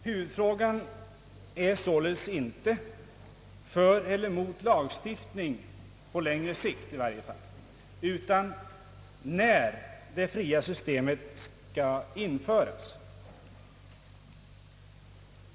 Huvudfrågan är således inte för eller emot lagstiftning, utan när det fria systemet skall införas.